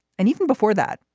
and even before that,